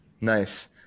nice